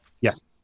yes